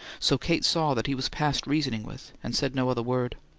so kate saw that he was past reasoning with and said no other word.